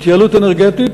התייעלות אנרגטית,